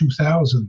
2000